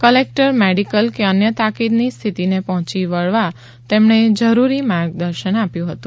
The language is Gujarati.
કલેક્ટરે મેડિકલ કે અન્ય તાકીદની સ્થિતિને પહોંચી વળવા જરૂરી માર્ગદર્શન આપ્યું હતું